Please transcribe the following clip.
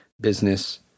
business